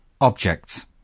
objects